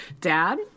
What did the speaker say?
Dad